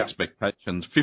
expectations